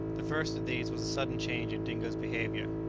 the first of these was a sudden change in dingo's behaviour.